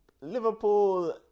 Liverpool